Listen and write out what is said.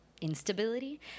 instability